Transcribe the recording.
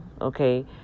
okay